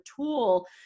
tool